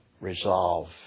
resolve